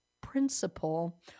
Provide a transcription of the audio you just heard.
principle